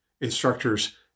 instructors